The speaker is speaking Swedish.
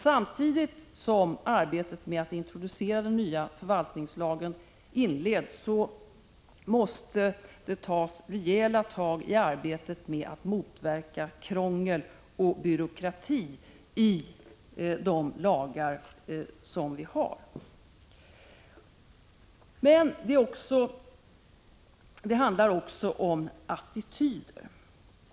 Samtidigt som arbetet med att introducera den nya förvaltningslagen inleds måste det tas rejäla tag i arbetet med att motverka krångel och byråkrati i de lagar vi har. Men det handlar också om attityder.